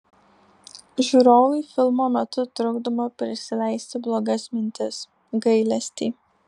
žiūrovui filmo metu trukdoma prisileisti blogas mintis gailestį